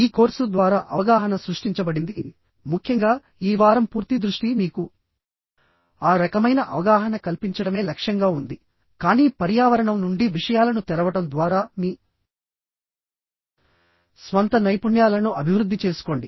ఈ కోర్సు ద్వారా అవగాహన సృష్టించబడింది ముఖ్యంగా ఈ వారం పూర్తి దృష్టి మీకు ఆ రకమైన అవగాహన కల్పించడమే లక్ష్యంగా ఉంది కానీ పర్యావరణం నుండి విషయాలను తెరవడం ద్వారా మీ స్వంత నైపుణ్యాలను అభివృద్ధి చేసుకోండి